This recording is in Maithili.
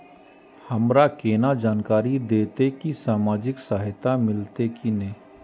हमरा केना जानकारी देते की सामाजिक सहायता मिलते की ने?